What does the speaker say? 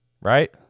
Right